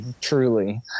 truly